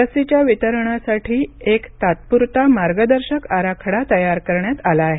लशीच्या वितरणासाठी एक तात्पुरता मार्गदर्शक आराखडा तयार करण्यात आला आहे